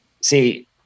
See